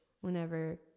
whenever